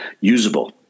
usable